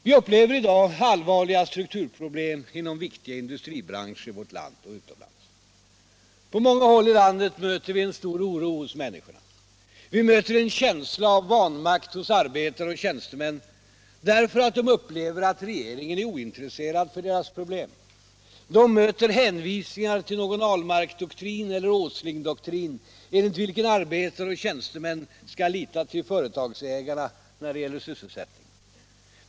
Vi upplever i dag allvarliga strukturproblem inom viktiga industribranscher i vårt land och utomlands. På många håll i landet möter vi en stor oro hos människorna. Vi möter en känsla av vanmakt hos arbetare och tjänstemän därför att de upplever att regeringen är ointresserad för deras problem. De möter hänvisningar till någon Ahlmarkdoktrin eller Åslingdoktrin, enligt vilken arbetare och tjänstemän skall lita till företagsägarna när det gäller sysselsättningen.